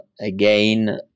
again